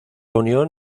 unión